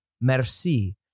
merci